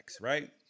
right